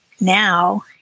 now